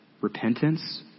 repentance